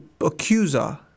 accuser